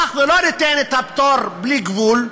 לא ניתן את הפטור בלי גבול,